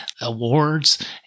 awards